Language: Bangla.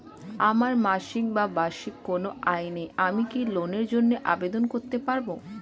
আমার মাসিক বা বার্ষিক কোন আয় নেই আমি কি লোনের জন্য আবেদন করতে পারব?